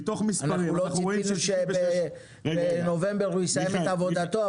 אנחנו לא ציפינו שבנובמבר הוא יסיים את עבודתו,